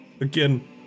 Again